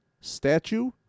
statue